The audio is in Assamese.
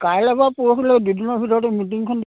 কাইলৈ বা পৰহিলৈ এই দুদিনৰ ভিতৰতে মিটিংখন